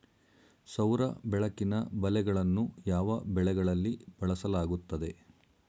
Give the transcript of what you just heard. ಸೌರ ಬೆಳಕಿನ ಬಲೆಗಳನ್ನು ಯಾವ ಬೆಳೆಗಳಲ್ಲಿ ಬಳಸಲಾಗುತ್ತದೆ?